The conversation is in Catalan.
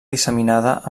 disseminada